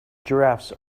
giraffes